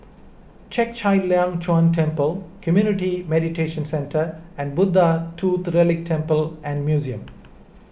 Chek Chai Long Chuen Temple Community Mediation Centre and Buddha Tooth Relic Temple and Museum